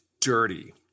dirty